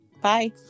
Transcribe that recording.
Bye